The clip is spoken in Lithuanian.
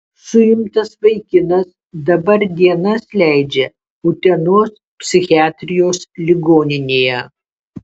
suimtas vaikinas dabar dienas leidžia utenos psichiatrijos ligoninėje